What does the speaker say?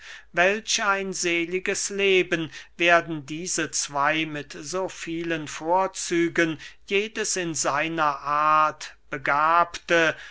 welch ein seliges leben werden diese zwey mit so vielen vorzügen jedes in seiner art begabte